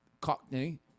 Cockney